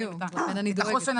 בדיוק, לכן אני דואגת.